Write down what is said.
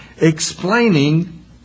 explaining